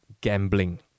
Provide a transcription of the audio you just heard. Gambling